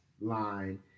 line